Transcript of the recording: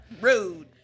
Rude